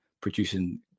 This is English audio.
producing